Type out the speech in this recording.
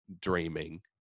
dreaming